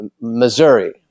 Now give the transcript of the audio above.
Missouri